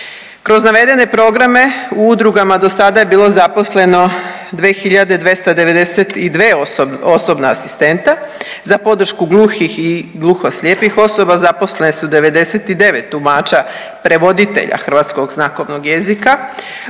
Kroz navedene programe u udrugama do sad je bilo zaposleno 2292 osobna asistenta, za podršku gluhih i gluhoslijepih osoba zaposlene su 99 tumača prevoditelja hrvatskog znakovnog jezika